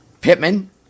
Pittman